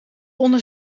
onder